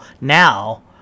now